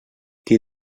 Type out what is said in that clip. qui